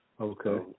Okay